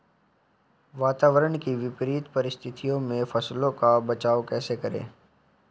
वातावरण की विपरीत परिस्थितियों में फसलों का बचाव कैसे करें?